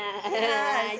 ya